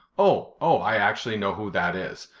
oh, oh, i actually know who that is.